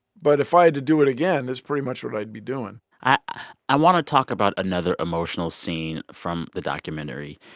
but if i had to do it again, this is pretty much what i'd be doing i i want to talk about another emotional scene from the documentary.